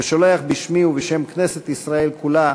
ושולח בשמי ובשם כנסת ישראל כולה